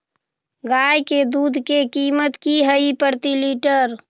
गाय के दूध के कीमत की हई प्रति लिटर?